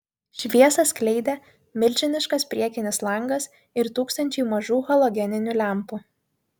šviesą skleidė milžiniškas priekinis langas ir tūkstančiai mažų halogeninių lempų